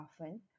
often